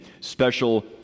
special